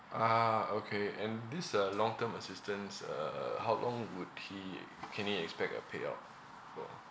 ah okay and this uh long term assistance uh uh how long would he can he expect a payout for